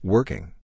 Working